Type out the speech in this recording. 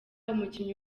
umukinnyi